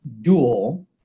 dual